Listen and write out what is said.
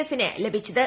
എഫിന് ലഭിച്ചത്